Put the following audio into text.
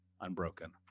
unbroken